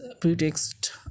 pretext